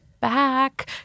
back